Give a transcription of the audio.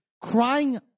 crying